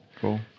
Cool